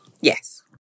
Yes